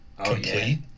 complete